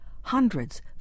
hundreds